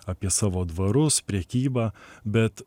apie savo dvarus prekybą bet